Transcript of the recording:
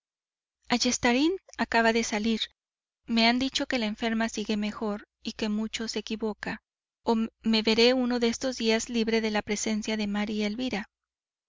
no ayestarain acaba de salir me ha dicho que la enferma sigue mejor y que mucho se equivoca o me veré uno de estos días libre de la presencia de maría elvira